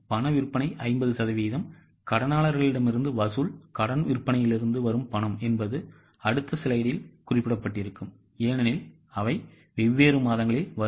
பண விற்பனை 50 சதவீதம் கடனாளர்களிடமிருந்து வசூல் கடன் விற்பனையிலிருந்து வரும் பணம் என்பது அடுத்த ஸ்லைடில் குறிப்பிடப்பட்டிருக்கும் ஏனெனில் அவை வெவ்வேறு மாதங்களில் வரும்